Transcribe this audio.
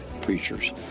preachers